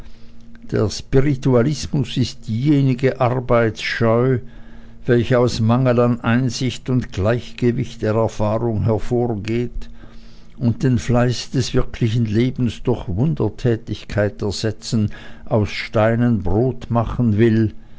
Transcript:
der spiritualismus ist diejenige arbeitsscheu welche aus mangel an einsicht und gleichgewicht der erfahrung hervorgeht und den fleiß des wirklichen lebens durch wundertätigkeit ersetzen aus steinen brot machen will